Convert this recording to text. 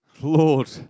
Lord